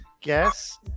guess